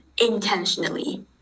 intentionally